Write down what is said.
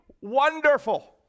wonderful